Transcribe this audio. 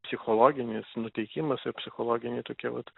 psichologinis nuteikimas ir psichologiniai tokie vat